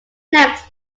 next